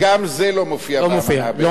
גם זה לא מופיע באמנה הבין-לאומית.